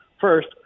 First